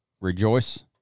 rejoice